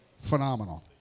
phenomenal